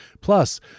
Plus